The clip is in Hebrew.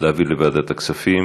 להעביר לוועדת הכספים.